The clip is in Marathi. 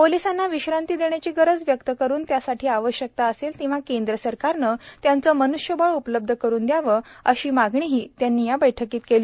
पोलिसांना विश्रांती देण्याची गरज व्यक्त करून त्यासाठी आवश्यकता असेल तेव्हा केंद्र सरकारनं त्यांचं मनृष्यबळ उपलब्ध करून दयावं अशी मागणीही त्यांनी या बैठकीत केली